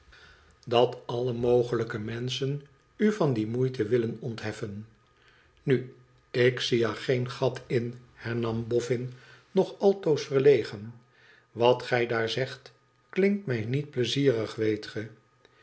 dat ane mogelijke menschen u van die moeite willen ontheffen nu ik zie er geen at in hernam bofïin nog altoos verlegen t wat gij daar zegt klinkt mij niet pleizierig weet ge